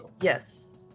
Yes